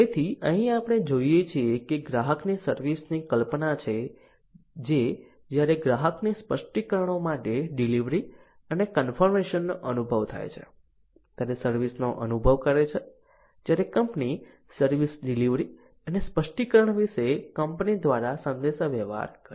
તેથી અહીં આપણે જોઈએ છીએ કે ગ્રાહકની સર્વિસ ની કલ્પના છે જે જ્યારે ગ્રાહકને સ્પષ્ટીકરણો માટે ડિલિવરી અને કન્ફોર્મેશનનો અનુભવ થાય છે ત્યારે સર્વિસનો અનુભવ કરે છે જ્યારે કંપની સર્વિસ ડિલિવરી અને સ્પષ્ટીકરણ વિશે કંપની દ્વારા સંદેશાવ્યવહાર કરે છે